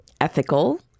ethical